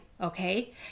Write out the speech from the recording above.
Okay